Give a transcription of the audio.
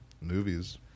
movies